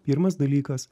pirmas dalykas